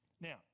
Now